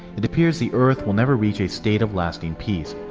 it appears the earth will never reach a state of lasting peace.